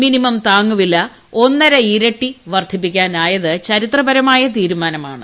minimum താങ്ങുവില ഒന്നര ഇരട്ടി വർദ്ധിപ്പിക്കാനായത് ചരിത്ര പരമായ തീരുമാനമാണ്